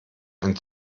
ein